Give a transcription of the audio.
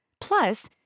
Plus